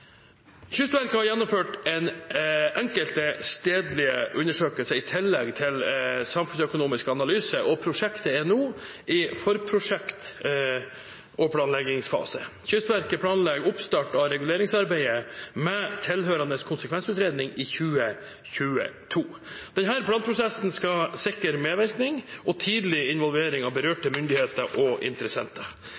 Kystverket har gjennomført enkelte stedlige undersøkelser i tillegg til samfunnsøkonomisk analyse, og prosjektet er nå i forprosjekt- og planleggingsfasen. Kystverket planlegger oppstart av reguleringsplanarbeidet med tilhørende konsekvensutredning i 2022. Denne planprosessen skal sikre medvirkning og tidlig involvering av